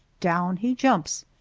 down he jumps,